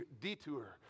detour